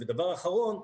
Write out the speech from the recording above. ודבר אחרון,